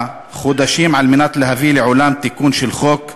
חודשים על מנת להביא לעולם תיקון חוק,